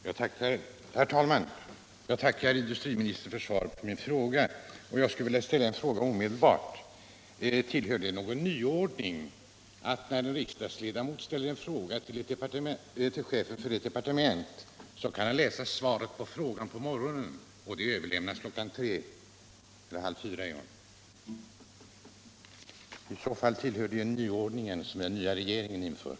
Herr talman! Jag tackar industriministern för svaret på min fråga, men jag vill omedelbart ställa en ny: När en riksdagsledamot ställer en fråga till chefen för ett departement kan han redan på morgonen läsa svaret på sin fråga och det överlämnas till honom klockan tre — eller halv fyra, som klockan är nu. Är det någon nyordning, och tillhör det i så fall den nyordning som den nya regeringen har infört?